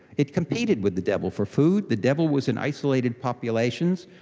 it competed with the devil for food. the devil was in isolated populations.